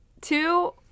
two